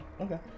Okay